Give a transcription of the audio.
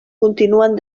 continuen